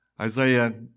Isaiah